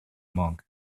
monk